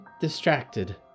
distracted